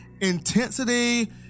intensity